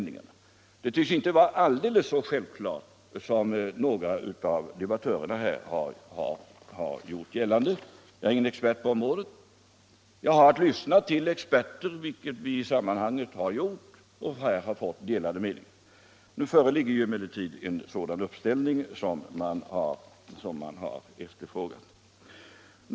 Frågan tveks inte vara så självklar som några av debattörerna här har gjort gällande. Jag är imnie sakkunnig på området utan har att lyssna till experter, och i detta sammanhang har meningarna visat sig vara delade. I vilket ratt som helst föreligger ju nu en sådan hkvidationsbalansräkning som man här har efterfrågat.